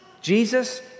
Jesus